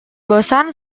bosan